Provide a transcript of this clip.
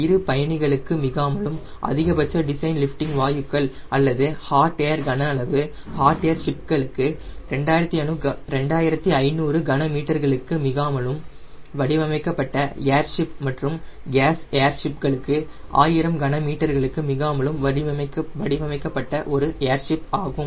இரு பயணிகளுக்கு மிகாமலும் அதிகபட்ச டிசைன் லிஃப்டிங் வாயுக்கள் அல்லது ஹாட் ஏர் கன அளவு ஹாட் ஏர் ஷிப்களுக்கு 2500 கன மீட்டர்களுக்கு மிகாமலும் வடிவமைக்கப்பட்ட ஏர்ஷிப் மற்றும் கேஸ் ஏர் ஷிப்களுக்கு 1000 கன மீட்டர்களுக்கு மிகாமலும் வடிவமைக்கப்பட்ட ஒரு ஏர் ஷிப் ஆகும்